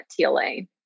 TLA